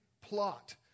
plot